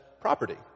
property